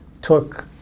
took